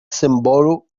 symbolu